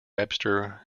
webster